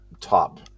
top